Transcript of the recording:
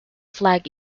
flag